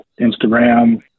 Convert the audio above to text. Instagram